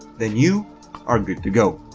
then you are good to go!